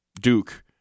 Duke